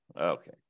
Okay